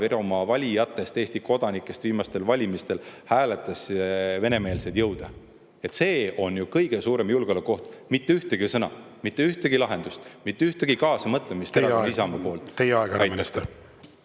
valijatest, Eesti kodanikest, viimastel valimistel hääletas venemeelsete jõudude poolt. See on ju kõige suurem julgeolekuoht! Mitte ühtegi sõna, mitte ühtegi lahendust, mitte ühtegi kaasamõtlemist teie ega Isamaa poolt! Teie aeg, härra